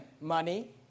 Money